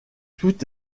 tout